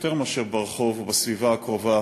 יותר מאשר ברחוב או בסביבה הקרובה,